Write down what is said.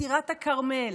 בטירת הכרמל,